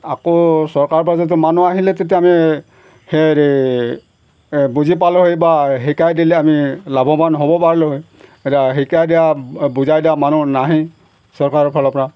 আকৌ চৰকাৰৰপৰা যেতিয়া মানুহ আহিলে তেতিয়া আমি হেৰি বুজি পালোঁ হয় বা শিকাই দিলে আমি লাভৱান হ'ব পাৰিলোঁ হয় শিকাই দিয়া বুজাই দিয়া মানুহ নাহেই চৰকাৰৰ ফালৰপৰা